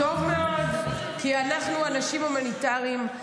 טוב מאוד, כי אנחנו אנשים הומניטריים.